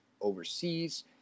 overseas